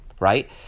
Right